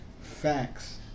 Facts